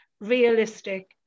realistic